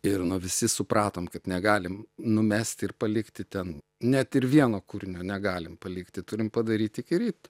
ir nu visi supratom kad negalim numest ir palikti ten net ir vieno kūrinio negalim palikti turim padaryt iki ryto